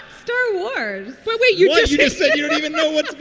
star wars. wait. you said even know what's